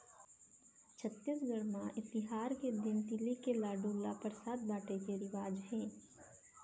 छत्तीसगढ़ म ए तिहार के दिन तिली के लाडू ल परसाद बाटे के रिवाज हे